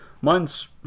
mine's